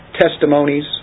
testimonies